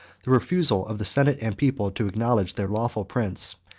the refusal of the senate and people to acknowledge their lawful prince,